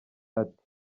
ati